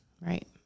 Right